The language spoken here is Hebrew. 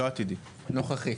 לא עתידי, נוכחי.